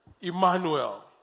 Emmanuel